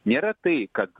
nėra tai kad